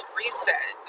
reset